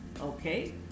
okay